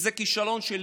זה כישלון שלי,